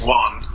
one